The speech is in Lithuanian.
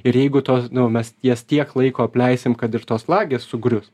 ir jeigu tos mes jas tiek laiko apleisim kad ir tos lagės sugrius